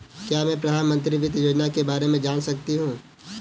क्या मैं प्रधानमंत्री वित्त योजना के बारे में जान सकती हूँ?